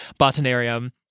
botanarium